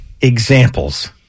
examples